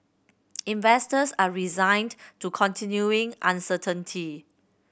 investors are resigned to continuing uncertainty